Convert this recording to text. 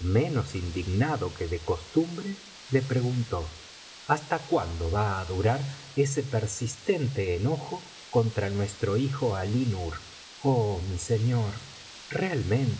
menos indignado que de costumbre le preguntó hasta cuándo va á durar ese persistente enojo contra nuestro hijo alí nur oh mi señor biblioteca valenciana generalitat valenciana las mil noches y una noche